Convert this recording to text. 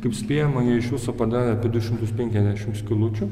kaip spėjama jie iš viso padarė apie du šimtus penkiasdešimt skylučių